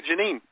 Janine